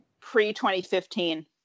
Pre-2015